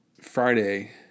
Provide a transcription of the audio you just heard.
Friday